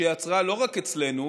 שיצרה לא רק אצלנו